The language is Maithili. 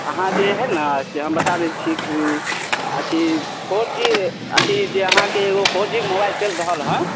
अहाँ जे हइ ने से हम बता दै छी कि अथी फोर जी अथी जे अहाँके ओ फोर जीक मोबाइल चलि रहल हँ